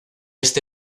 este